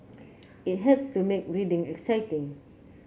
it helps to make reading exciting